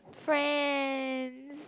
Friends